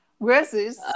versus